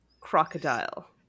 crocodile